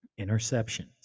interceptions